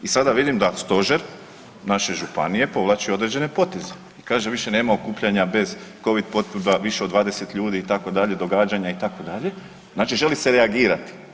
I sada vidim da stožer naše županije povlači određene poteze i kaže više nema okupljanja bez Covid potvrda više od 20 ljudi itd., događanja itd., znači želi se reagirati.